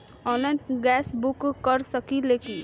Online gas book कर सकिले की?